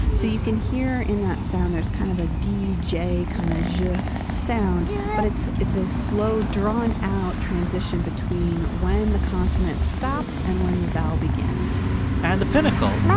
so you can hear in that sound, there's kind of a d j kind of juh sound but it's it's a slow, drawn-out transition between when the consonant stops and when the vowel begins and the pinnacle.